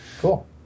Cool